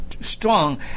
strong